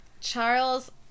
Charles